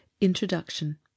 introduction